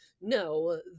No